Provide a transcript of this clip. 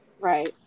right